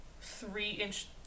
three-inch